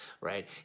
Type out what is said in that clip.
Right